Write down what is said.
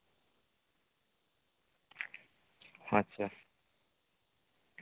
ᱟᱪᱪᱷᱟ